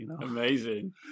Amazing